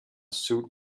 suit